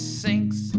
sinks